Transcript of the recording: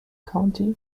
county